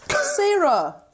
Sarah